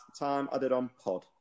timeaddedonpod